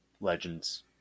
Legends